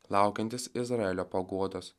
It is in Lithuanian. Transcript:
laukiantis izraelio paguodos